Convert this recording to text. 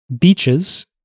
Beaches